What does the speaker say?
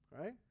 right